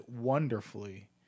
wonderfully